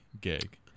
gig